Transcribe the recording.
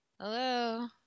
Hello